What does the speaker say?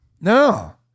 No